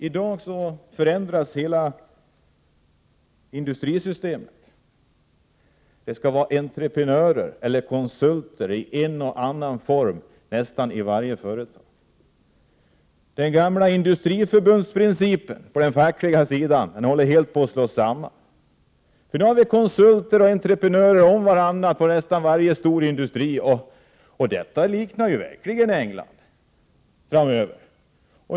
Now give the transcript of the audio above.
I dag förändras hela industrisystemet. Det skall vara entreprenörer eller konsulter i en eller annan form i nästan varje företag. Den gamla industriförbundsprincipen på den fackliga sidan håller på att slås ut helt. Det är konsulter och entreprenörer om vartannat på nästan varje storindustri. Detta kommer att mer och mer likna England framöver.